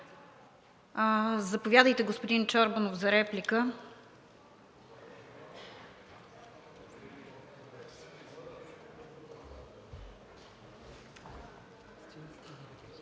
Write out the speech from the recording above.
Заповядайте, господин Чòрбанов, за реплика.